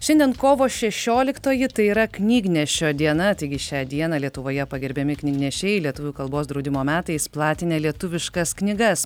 šiandien kovo šešioliktoji tai yra knygnešio diena taigi šią dieną lietuvoje pagerbiami knygnešiai lietuvių kalbos draudimo metais platinę lietuviškas knygas